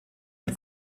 mit